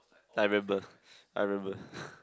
I remember I remember